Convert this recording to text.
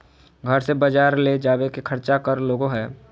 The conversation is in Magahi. घर से बजार ले जावे के खर्चा कर लगो है?